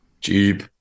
Jeep